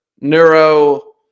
neuro